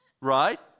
Right